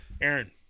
Aaron